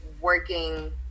working